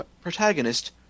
protagonist